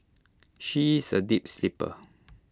she is A deep sleeper